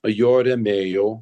jo rėmėjų